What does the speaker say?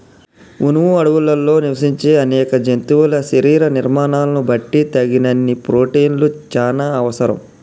వును అడవుల్లో నివసించే అనేక జంతువుల శరీర నిర్మాణాలను బట్టి తగినన్ని ప్రోటిన్లు చానా అవసరం